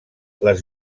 les